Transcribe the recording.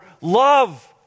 love